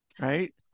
Right